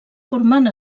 formant